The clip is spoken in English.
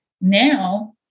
now